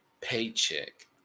paycheck